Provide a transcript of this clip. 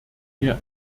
mir